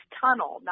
tunnel